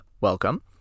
welcome